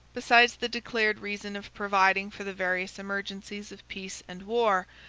besides the declared reason of providing for the various emergencies of peace and war,